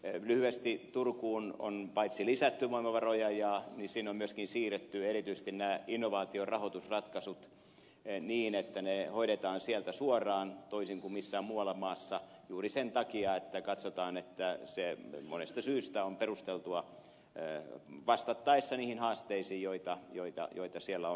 lyhyesti turkuun on paitsi lisätty voimavaroja sinne on myöskin siirretty erityisesti nämä innovaatiorahoitusratkaisut niin että ne hoidetaan sieltä suoraan toisin kuin missään muualla maassa juuri sen takia että katsotaan että se monesta syystä on perusteltua vastattaessa niihin haasteisiin joita siellä on